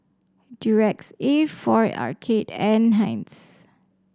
Durex A for Arcade and Heinz